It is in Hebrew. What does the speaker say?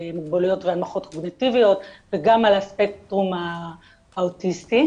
מוגבלויות אובייקטיביות וגם על הספקטרום האוטיסטי,